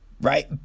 Right